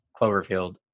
Cloverfield